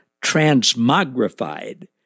transmogrified